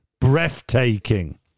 Breathtaking